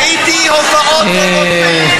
ראיתי הופעות טובות מאלה.